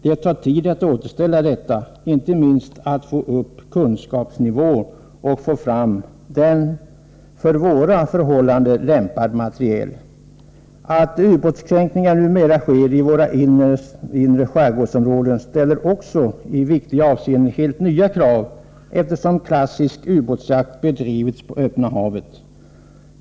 Det tar tid att återställa den förmågan, inte minst att få upp kunskapsnivån och ta fram för våra förhållanden lämpad materiel. Att ubåtskränkningar numera sker i våra inre skärgårdsområden ställer också i viktiga avseenden helt nya krav, eftersom klassisk ubåtsjakt bedrivits på öppna havet.